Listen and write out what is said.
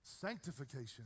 Sanctification